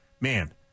man